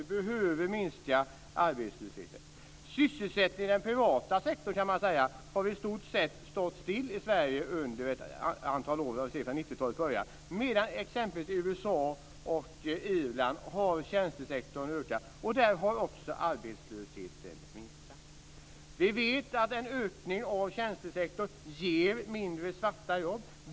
Vi behöver minska arbetslösheten. Sysselsättningen i den privata sektorn i Sverige har i stort sett stått still sedan början av 1990-talet medan den i exempelvis USA och Irland har ökat. Där har också arbetslösheten minskat. Vi vet att en ökning av tjänstesektorn ger färre svarta jobb.